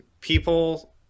people